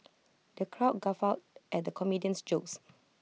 the crowd guffawed at the comedian's jokes